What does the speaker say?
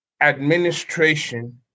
administration